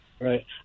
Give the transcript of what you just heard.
Right